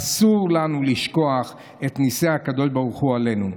אסור לנו לשכוח את ניסי הקדוש ברוך הוא עלינו.